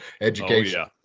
education